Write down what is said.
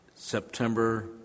September